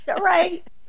right